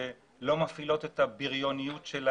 ולא ביריוניות.